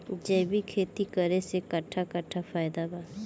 जैविक खेती करे से कट्ठा कट्ठा फायदा बा?